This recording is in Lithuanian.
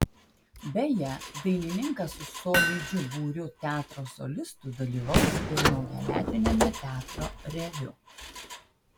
beje dainininkas su solidžiu būriu teatro solistų dalyvaus ir naujametiniame teatro reviu